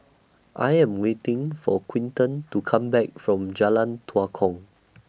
I Am waiting For Quinten to Come Back from Jalan Tua Kong